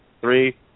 Three